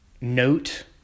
note